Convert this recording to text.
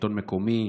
השלטון המקומי,